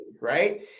Right